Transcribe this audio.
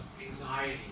anxiety